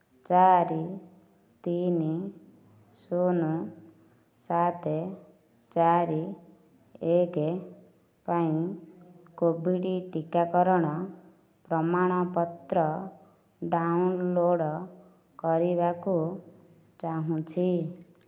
ଚାରି ତିନି ଶୁନ ସାତ ଚାରି ଏକ ପାଇଁ କୋଭିଡ଼୍ ଟିକାକରଣ ପ୍ରମାଣପତ୍ର ଡାଉନଲୋଡ଼୍ କରିବାକୁ ଚାହୁଁଛି